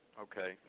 Okay